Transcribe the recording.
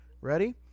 Ready